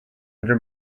under